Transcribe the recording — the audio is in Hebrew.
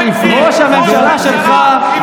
ראש הממשלה שלך,